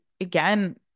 again